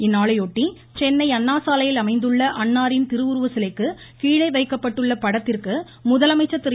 இந்நாளையொட்டி சென்னை அண்ணாசாலையில் அமைந்துள்ள அன்னாரின் திருவுருவச்சிலைக்கு கீழே வைக்கப்பட்டுள்ள படத்திற்கு முதலமைச்சர் திரு